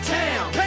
town